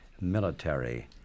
military